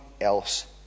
else